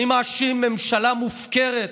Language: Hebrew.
אני מאשים ממשלה מופקרת,